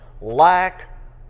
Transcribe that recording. Lack